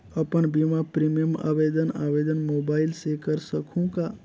अपन बीमा प्रीमियम आवेदन आवेदन मोबाइल से कर सकहुं का?